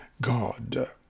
God